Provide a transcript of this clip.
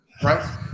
right